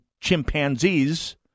chimpanzees